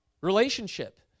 relationship